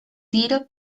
tiro